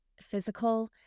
physical